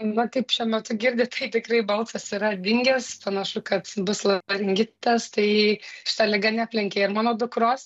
na kaip šiuo metu girdit tai tikrai balsas yra dingęs panašu kad bus laringitas tai šita liga neaplenkė ir mano dukros